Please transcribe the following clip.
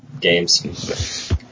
games